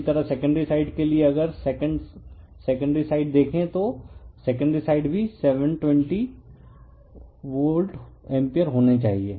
इसी तरह secondary side के लिए अगर सेकेंड साइड देखें तो सेकेंडरी साइड भी 72 होनी चाहिए